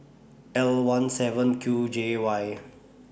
L one seven Q J Y